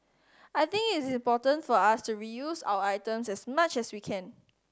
I think it is important for us to reuse our items as much as we can